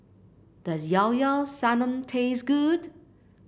does Llao Llao Sanum taste good